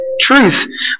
truth